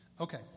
Okay